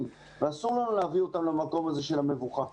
ואסור לנו להביא אותם למקום הזה של המבוכה.